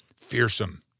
fearsome